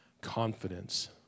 confidence